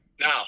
Now